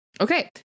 okay